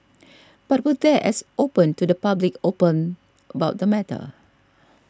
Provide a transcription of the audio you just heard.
but were they as open to the public open about the matter